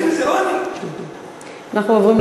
אבל אתם המצאתם את זה, לא אני.